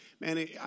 man